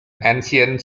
ancient